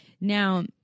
Now